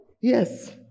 Yes